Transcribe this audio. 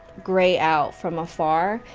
gray out, from afar,